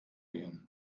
gehen